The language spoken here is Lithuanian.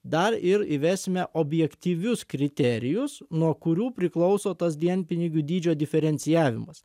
dar ir įvesime objektyvius kriterijus nuo kurių priklauso tas dienpinigių dydžio diferencijavimas